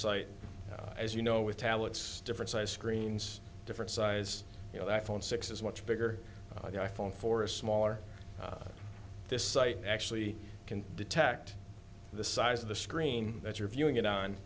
site as you know with tablets difference i screens different size you know that i phone six is much bigger i phone for a smaller this site actually can detect the size of the screen that you're viewing it on